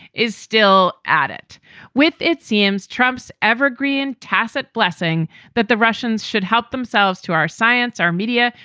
is still at it with. it seems, trump's evergreen tacit blessing that the russians should help themselves to our science, our media,